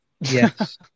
Yes